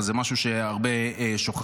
אבל זה משהו שהרבה שוכחים.